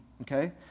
okay